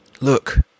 Look